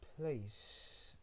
place